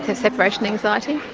ah separation anxiety.